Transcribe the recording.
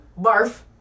Barf